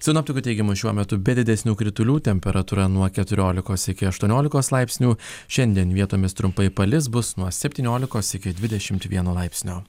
sinoptikų teigimu šiuo metu be didesnių kritulių temperatūra nuo keturiolikos iki aštuoniolikos laipsnių šiandien vietomis trumpai palis bus nuo septyniolikos iki dvidešimt vieno laipsnio